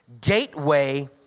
gateway